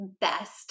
best